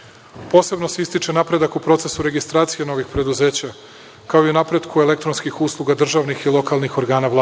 Posebno se ističe napredak u procesu registracije novih preduzeća kao i u napretku elektronskih usluga državnih i lokalnih organa